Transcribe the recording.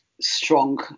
strong